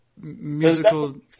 musical